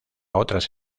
otras